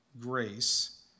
grace